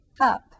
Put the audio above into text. up